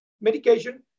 medication